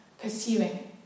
Pursuing